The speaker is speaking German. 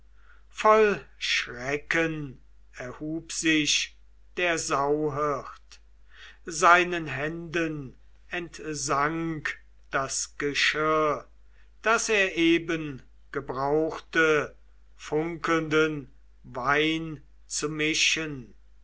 voll schrecken erhub sich der sauhirt seinen händen entsank das geschirr das er eben gebrauchte funkelnden wein zu mischen